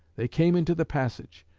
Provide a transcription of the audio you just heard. they came into the passage,